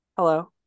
Hello